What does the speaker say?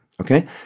okay